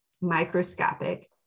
microscopic